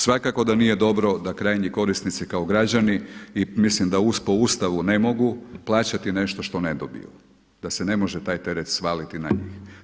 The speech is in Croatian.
Svakako da nije dobro da krajnji korisnici kao građani i mislim da po Ustavu ne mogu plaćati nešto što ne dobiju, da se ne može taj teret svaliti na njih.